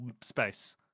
space